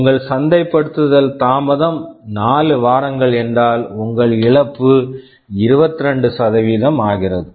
உங்கள் சந்தைப்படுத்தல் தாமதம் 4 வாரங்கள் என்றால் உங்கள் இழப்பு 22 ஆகிறது